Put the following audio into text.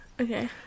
Okay